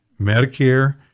Medicare